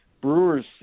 Brewer's